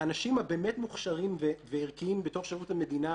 האנשים הבאמת מוכשרים וערכיים בשירות המדינה